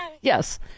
Yes